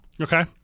Okay